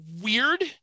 weird